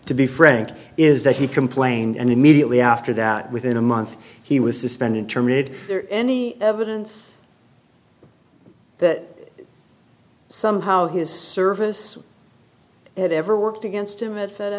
to be frank is that he complained and immediately after that within a month he was suspended terminated there any evidence that somehow his service it ever worked against him